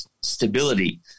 stability